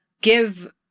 give